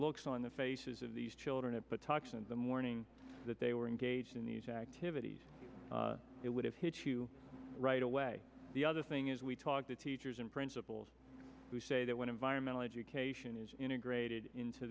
looks on the faces of these children at patuxent the morning that they were engaged in these activities it would have hit you right away the other thing is we talk to teachers and principals who say that when environmental education is integrated into